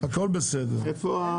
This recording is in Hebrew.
אחרי